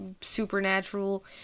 supernatural